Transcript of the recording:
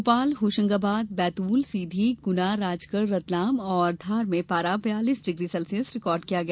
भोपाल होशंगाबाद बैतूल सीधी गुना राजगढ़ रतलाम और धार में पारा बयालीस डिग्री सेल्सियस रिकार्ड किया गया